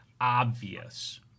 obvious